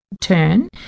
turn